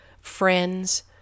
friends